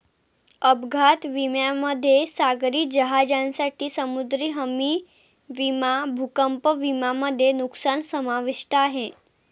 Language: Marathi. अपघात विम्यामध्ये सागरी जहाजांसाठी समुद्री हमी विमा भूकंप विमा मध्ये नुकसान समाविष्ट आहे